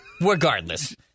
Regardless